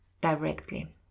directly